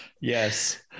Yes